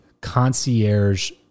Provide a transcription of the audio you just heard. concierge